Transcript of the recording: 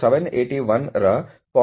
0001 ಪಟ್ಟು ಗುಣಿಸಿದಾಗ